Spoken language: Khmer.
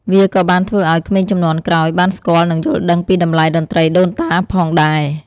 វាក៏បានធ្វើឲ្យ ក្មេងជំនាន់ក្រោយ បានស្គាល់ និងយល់ដឹងពីតម្លៃតន្ត្រីដូនតាផងដែរ។